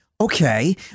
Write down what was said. okay